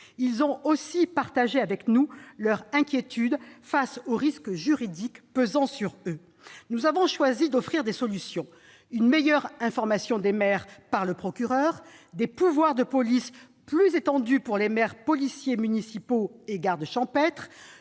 Ils ont aussi partagé avec nous leur inquiétude face aux risques juridiques pesant sur eux. C'est vrai ! Nous avons choisi d'offrir des solutions : une meilleure information des maires par le procureur, des pouvoirs de police plus étendus pour les maires, policiers municipaux et gardes champêtres,